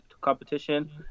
competition